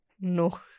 No